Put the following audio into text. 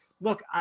Look